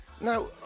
Now